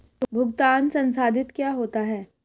भुगतान संसाधित क्या होता है?